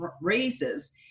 raises